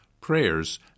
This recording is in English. prayers